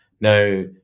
Now